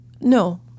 No